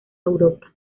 europa